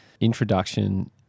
introduction